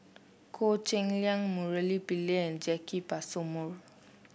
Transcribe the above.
Goh Cheng Liang Murali Pillai and Jacki Passmore